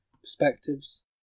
perspectives